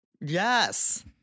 Yes